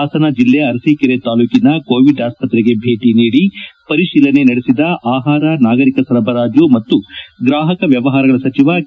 ಹಾಸನ ಜಿಲ್ಲೆಯ ಆರಸೀಕೆರೆ ತಾಲೂಕಿನ ಕೋವಿಡ್ ಆಸ್ಪತ್ರೆಗೆ ಭೇಟಿ ನೀಡಿ ಪರಿಶೀಲನೆ ನಡೆಸಿದ ಆಹಾರ ನಾಗರಿಕ ಸರಬರಾಜು ಮತ್ತು ಗ್ರಾಹಕ ವ್ಯವಹಾರಗಳ ಸಚಿವ ಕೆ